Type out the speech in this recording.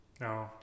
No